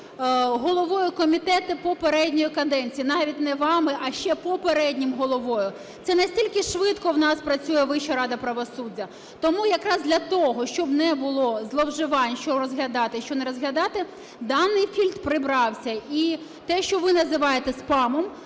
головою комітету попередньої каденції. Навіть не вами, а ще попередньою головою. Це настільки швидко у нас працює Вища рада правосуддя. Тому якраз для того, щоб не було зловживань, що розглядати, що не розглядати, даний фільтр прибрався. І те, що ви називаєте спамом,